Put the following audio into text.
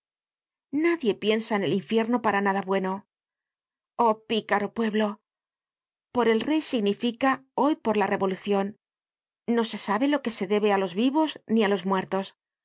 nadie piensa en el infierno para nada bueno oh picaro pueblo por el rey significa hoy por la revolucion no se sabe lo que se debe á los vivos ni á los muertos